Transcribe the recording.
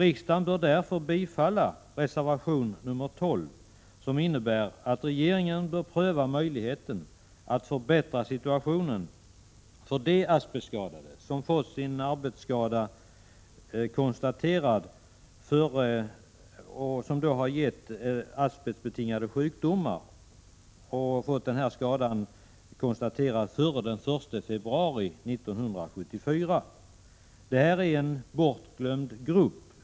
Riksdagen bör därför bifalla reservation nr 12, som går ut på att regeringen skall pröva möjligheten att förbättra situationen för dem som i arbetet har fått asbestbetingade sjukdomar, om skadan konstaterats före den 1 februari 1974. Detta är en bortglömd grupp.